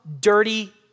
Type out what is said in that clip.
dirty